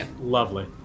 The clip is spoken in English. Lovely